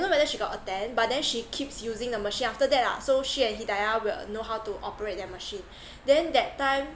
don't know whether she got attend but then she keeps using the machine after that lah so she and hidayah will know how to operate that machine then that time